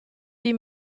die